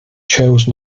chose